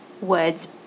words